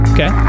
Okay